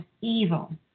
evil